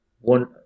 one